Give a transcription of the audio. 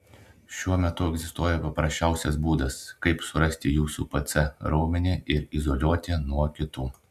šiuo metu egzistuoja paprasčiausias būdas kaip surasti jūsų pc raumenį ir izoliuoti nuo kitų